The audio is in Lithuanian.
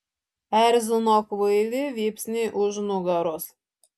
erzino kvaili vypsniai už nugaros